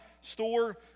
store